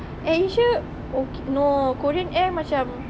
AirAsia oh no korean air macam